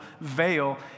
veil